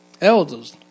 elders